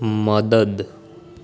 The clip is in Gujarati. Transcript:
મદદ